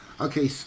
okay